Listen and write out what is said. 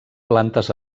plantes